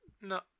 no